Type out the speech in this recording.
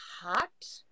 hot